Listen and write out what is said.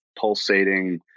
pulsating